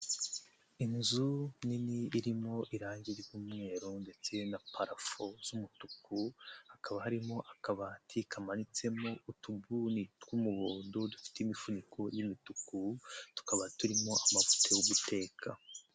Inzu nini irimo irangi ry'umweru ndetse na parafu z'umutuku, hakaba harimo akabati kamanitsemo utubuni tw'umuhondo dufite imifuniko y'imituku, tukaba turimo amavuta yo guteka.